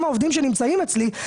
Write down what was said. גם על העובדים שנמצאים אצלי,